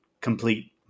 complete